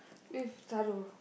with Thiru